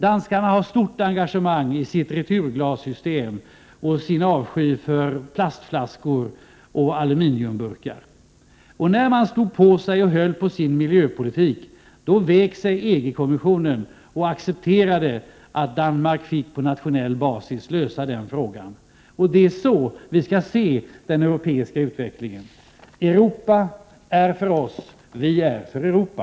Danskarna har ett stort engagemang i sitt returglassystem och sin avsky för plastflaskor och aluminiumburkar. När danskarna stod på sig och höll på sin miljöpolitik, då vek sig EG-kommissionen och accepterade att Danmark på nationell basis fick lösa den frågan. Det är så vi skall se den europeiska utvecklingen. Europa är för oss, vi är för Europa.